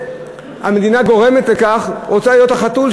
המדינה גורמת לכך ורוצה להיות החתול,